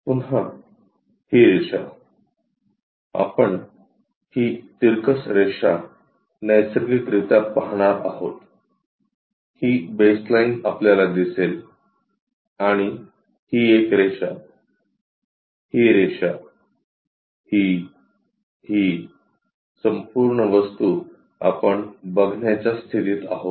पुन्हा ही रेषा आपण ही तिरकस रेषा नैसर्गिकरित्या पाहणार आहोत ही बेसलाइन आपल्याला दिसेल आणि ही एक रेषा ही रेषा ही ही संपूर्ण वस्तू आपण बघण्याच्या स्थितीत आहोत